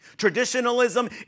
traditionalism